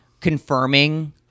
confirming